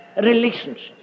relationship